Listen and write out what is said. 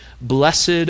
Blessed